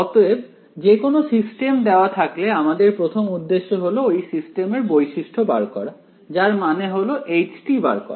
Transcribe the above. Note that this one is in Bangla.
অতএব যেকোনো সিস্টেম দেওয়া থাকলে আমাদের প্রথম উদ্দেশ্য হল এই সিস্টেমের বৈশিষ্ট্য বার করা যার মানে হল h বার করা